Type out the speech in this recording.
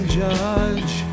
judge